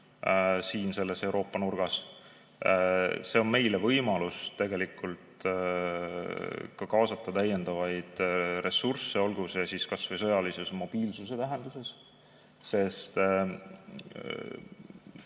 siin Euroopa nurgas. See on meile võimalus kaasata täiendavaid ressursse, olgu see siis kas või sõjalise mobiilsuse tähenduses. Sest